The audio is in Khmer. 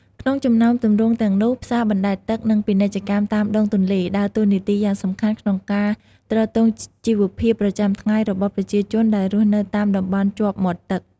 ក្នុងចំណោមទម្រង់ទាំងនោះ ផ្សារបណ្តែតទឹក និង ពាណិជ្ជកម្មតាមដងទន្លេ ដើរតួនាទីយ៉ាងសំខាន់ក្នុងការទ្រទ្រង់ជីវភាពប្រចាំថ្ងៃរបស់ប្រជាជនដែលរស់នៅតាមតំបន់ជាប់មាត់ទឹក។